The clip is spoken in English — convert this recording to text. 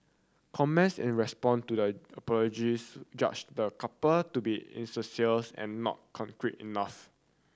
comments in response to the apologies judged the couple to be insincere and not contrite enough